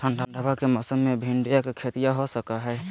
ठंडबा के मौसमा मे भिंडया के खेतीया हो सकये है?